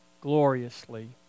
gloriously